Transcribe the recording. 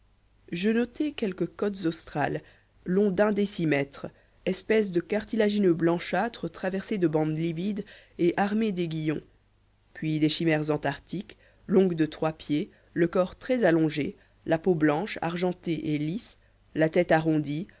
je notai quelques cottes australes longs d'un décimètre espèce de cartilagineux blanchâtres traversés de bandes livides et armés d'aiguillons puis des chimères antarctiques longues de trois pieds le corps très allongé la peau blanche argentée et lisse la tête arrondie